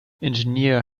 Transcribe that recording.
engineer